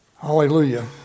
Hallelujah